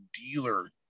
dealer